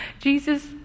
Jesus